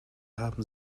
haben